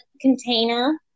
container